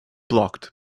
blocked